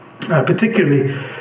particularly